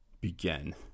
begin